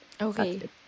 Okay